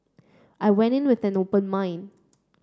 I went in with an open mind